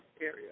area